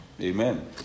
Amen